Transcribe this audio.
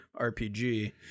rpg